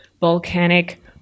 volcanic